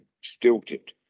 stilted